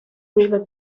river